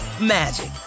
magic